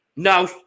No